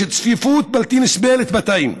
יש צפיפות בלתי נסבלת בתאים,